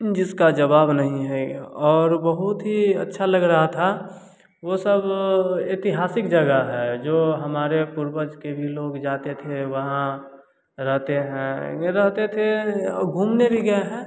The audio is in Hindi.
जिसका जवाब नहीं है और बहुत ही अच्छा लग रहा था वह सब ऐतिहासिक जगह है जो हमारे पूर्वज के भी लोग भी जाते थे वहाँ रहते हैं रहते थे घूमने भी गए हैं